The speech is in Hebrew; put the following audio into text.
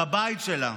בבית שלה.